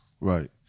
right